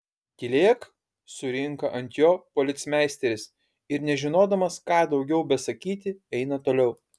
tylėk surinka ant jo policmeisteris ir nežinodamas ką daugiau besakyti eina toliau